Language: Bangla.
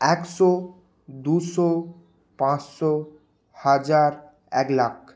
একশো দুশো পাঁচশো হাজার এক লাখ